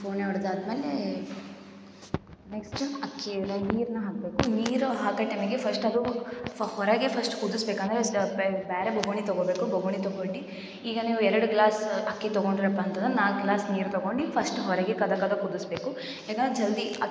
ಫೋಣೆ ಹೊಡೆದಾದ್ಮೇಲೆ ನೆಕ್ಸ್ಟ್ ಅಕ್ಕಿ ಒಲೆಯಾಗೆ ನೀರನ್ನ ಹಾಕಬೇಕು ನೀರು ಹಾಕೋ ಟೈಮ್ಗೆ ಫಸ್ಟ್ ಅದು ಹೊರಗೆ ಫಸ್ಟ್ ಕುದುಸ್ಬೇಕು ಆಮೇಲೆ ಬೇರೆ ಬೊಗುಣಿ ತಗೋಬೇಕು ಬೊಗುಣಿ ತಗೊಂಡು ಈಗ ನೀವು ಎರಡು ಗ್ಲಾಸ್ ಅಕ್ಕಿ ತಗೊಂಡ್ರಪ್ಪ ಅಂತಂದರೆ ನಾಲ್ಕು ಗ್ಲಾಸ್ ನೀರು ತಗೊಂಡು ಫಸ್ಟ್ ಹೊರಗೆ ಕದಕದ ಕುದುಸ್ಬೇಕು ಯಾಕಂದ್ರೆ ಜಲ್ದಿ